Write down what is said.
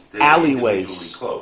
alleyways